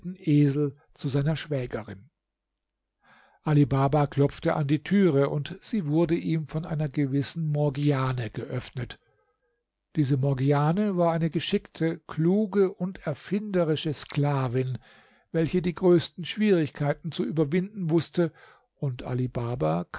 esel zu seiner schwägerin ali baba klopfte an die türe und sie wurde ihm von einer gewissen morgiane geöffnet diese morgiane war eine geschickte kluge und erfinderische sklavin welche die größten schwierigkeiten zu überwinden wußte und